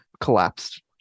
collapsed